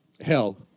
hell